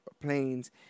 planes